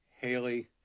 Haley